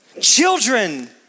Children